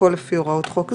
הכול לפי הוראות חוק זה".